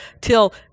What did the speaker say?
Till